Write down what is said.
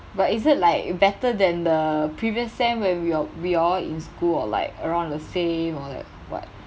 but is it like better than the previous sem when we are we all in school or like around the same or like what